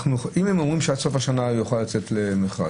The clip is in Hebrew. אם הם אומרים שעד סוף השנה הם יוכלו לצאת למכרז,